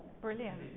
Brilliant